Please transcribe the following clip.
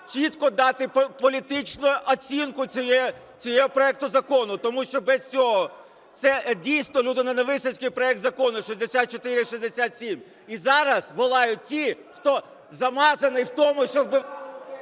чітко дати політичну оцінку цього проекту закону, тому що без цього це дійсно людиноненависницький проект Закону 6467, і зараз волають ті, хто замазаний в тому, що вбивали…